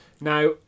Now